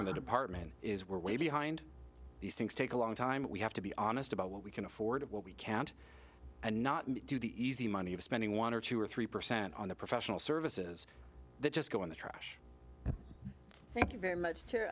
from the department is we're way behind these things take a long time we have to be honest about what we can afford what we can't and not do the easy money of spending one or two or three percent on the professional services that just go in the trash thank you very much to